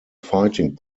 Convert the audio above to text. fighting